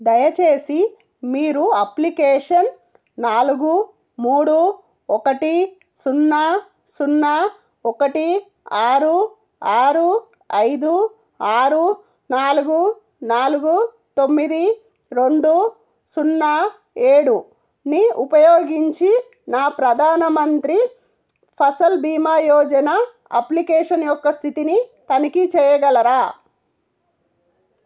దయచేసి మీరు అప్లికేషన్ నాలుగు మూడు ఒకటి సున్నా సున్నా ఒకటి ఆరు ఆరు ఐదు ఆరు నాలుగు నాలుగు తొమ్మిది రెండు సున్నా ఏడుని ఉపయోగించి నా ప్రధాన మంత్రి ఫసల్ బీమా యోజన అప్లికేషన్ యొక్క స్థితిని తనిఖీ చెయ్యగలరా